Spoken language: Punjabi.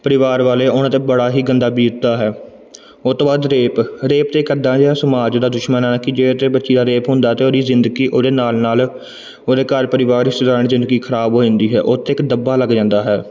ਪਰਿਵਾਰ ਵਾਲੇ ਉਹਨਾਂ 'ਤੇ ਬੜਾ ਹੀ ਗੰਦਾ ਬੀਤਦਾ ਹੈ ਉਹ ਤੋਂ ਬਾਅਦ ਰੇਪ ਰੇਪ ਤਾਂ ਕੱਦਾ ਜਿਹਾ ਸਮਾਜ ਦਾ ਦੁਸ਼ਮਣ ਹੈ ਕਿ ਜੇ ਤੇ ਬੱਚੀ ਦਾ ਰੇਪ ਹੁੰਦਾ ਤਾਂ ਉਹਦੀ ਜ਼ਿੰਦਗੀ ਉਹਦੇ ਨਾਲ ਨਾਲ ਉਹਦੇ ਘਰ ਪਰਿਵਾਰ ਇਸ ਦੌਰਾਨ ਜ਼ਿੰਦਗੀ ਖਰਾਬ ਹੋ ਜਾਂਦੀ ਹੈ ਉਹ 'ਤੇ ਇੱਕ ਧੱਬਾ ਲੱਗ ਜਾਂਦਾ ਹੈ